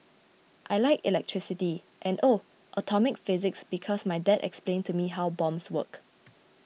I like electricity and oh atomic physics because my dad explained to me how bombs work